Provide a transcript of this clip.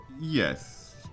Yes